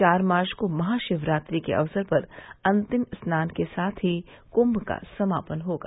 चार मार्च को महाशिवरात्रि के अवसर पर अंतिम स्नान के साथ ही कुम्भ का समापन होगा